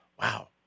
wow